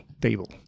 table